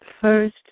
first